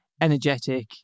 energetic